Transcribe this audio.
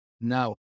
Now